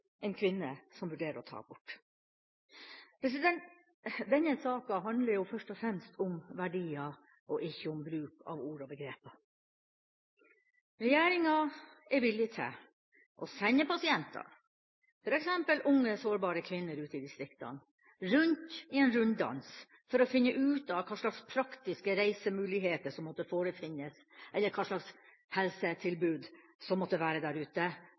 en kvinne som vurderer å ta abort. Denne saken handler først og fremst om verdier og ikke om bruk av ord og begreper. Regjeringa er villig til å sende pasienter, f.eks. unge, sårbare kvinner ute i distriktene, ut i en runddans for å finne ut av hva slags praktiske reisemuligheter som måtte forefinnes, eller hva slags helsetilbud som måtte være der ute,